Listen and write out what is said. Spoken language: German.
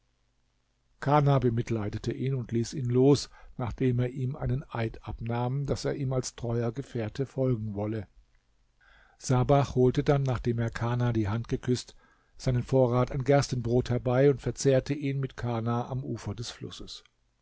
kana bemitleidete ihn und ließ ihn los nachdem er ihm einen eid abnahm daß er ihm als treuer gefährte folgen wolle sabach holte dann nachdem er kana die hand geküßt seinen vorrat an gerstenbrot herbei und verzehrte ihn mit kana am ufer des flusses